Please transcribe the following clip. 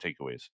takeaways